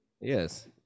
Yes